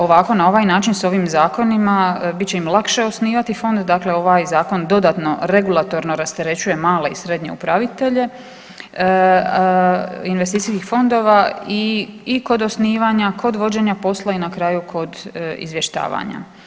Ovako na ovaj način s ovim zakonima bit će im lakše osnivati fond, dakle ovaj zakon dodatno regulatorno rasterećuje male i srednje upravitelje investicijskih fondova i kod osnivanja, kod vođenja posla i na kraju kod izvještavanja.